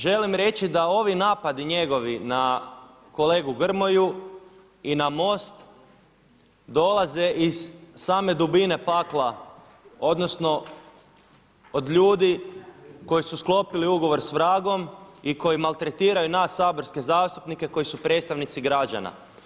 Želim reći da ovi napadi njegovi na kolegu Grmoju i na MOST dolaze iz same dubine pakla odnosno od ljudi koji su sklopili ugovor s vragom i koji maltretiraju nas saborske zastupnike koji su predstavnici građana.